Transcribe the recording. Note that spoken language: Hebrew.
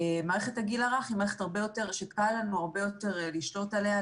מערכת הגיל הרך היא מערכת שקל לנו הרבה יותר לשלוט עליה,